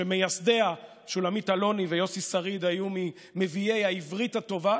שמייסדיה שולמית אלוני ויוסי שריד היו מנביאי העברית הטובה,